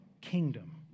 kingdom